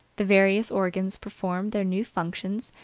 the various organs perform their new functions,